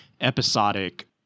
episodic